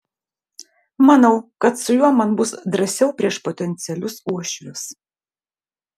manau kad su juo man bus drąsiau prieš potencialius uošvius